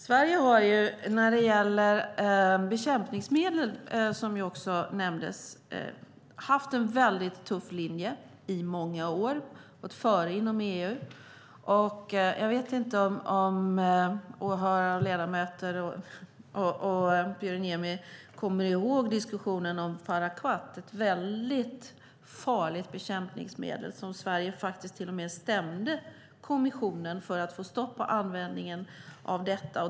Sverige har när det gäller bekämpningsmedel, som också nämndes, haft en väldigt tuff linje i många år och gått före inom EU. Jag vet inte om åhörare, ledamöter och Pyry Niemi kommer ihåg diskussionen om parakvat, ett väldigt farligt bekämpningsmedel. Sverige stämde till och med kommissionen för att få stopp på användningen av detta.